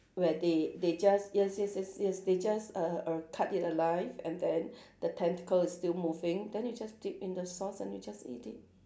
where they they just just just just just they just err err cut it alive and then the tentacles is still moving then you just dip in the sauce and you just eat it